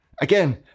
Again